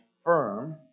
firm